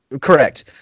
Correct